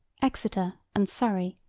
exeter and surrey,